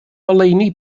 ngoleuni